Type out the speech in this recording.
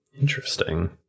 interesting